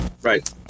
Right